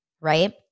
right